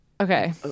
Okay